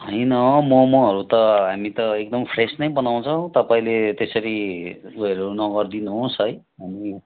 होइन ममहरू त हामी त एकदम फ्रेस नै बनाउछौँ तपाईँले त्यसरी उयोहरू नगरिदिनु होस् है हामी